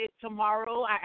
Tomorrow